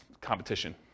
competition